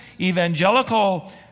evangelical